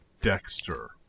Dexter